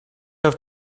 auf